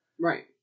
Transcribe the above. Right